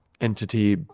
entity